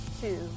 two